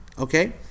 Okay